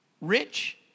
rich